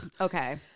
Okay